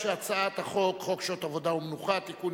ההצעה להעביר את הצעת חוק שעות עבודה ומנוחה (תיקון,